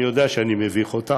אני יודע שאני מביך אותך,